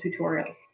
tutorials